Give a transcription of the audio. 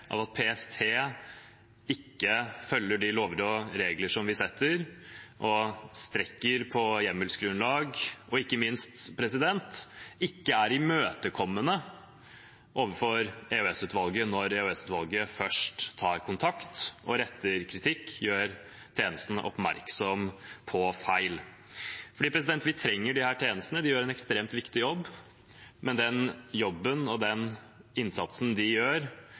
av at PST ikke følger de lover og regler som vi setter, og at de strekker på hjemmelsgrunnlag og – ikke minst – ikke er imøtekommende overfor EOS-utvalget når EOS-utvalget først tar kontakt, retter kritikk mot tjenestene og gjør dem oppmerksom på feil. Vi trenger disse tjenestene. De gjør en ekstremt viktig jobb. Men selv med den jobben og den innsatsen de gjør,